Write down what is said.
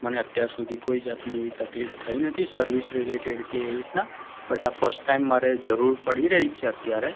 મને અત્યાર સુધી કોઈ જાતની એવી તકલીફ થઈ નથી સર્વિસ રિલેટેડ કે એ રીતના બટ આ ફર્સ્ટ ટાઈમ મારે જરૂર પડી રહી છે અત્યારે